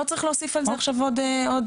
לא צריך להוסיף על זה עכשיו עוד סופרלטיבים.